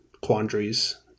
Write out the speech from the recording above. quandaries